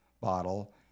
bottle